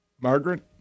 Margaret